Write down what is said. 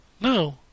No